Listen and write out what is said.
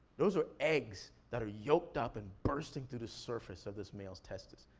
those are eggs that are yolked up and bursting through the surface of this male's testes.